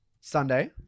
Sunday